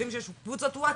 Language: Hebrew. יודעים שיש קבוצות ווטסאפים.